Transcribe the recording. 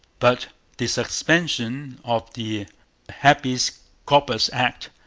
but the suspension of the habeas corpus act,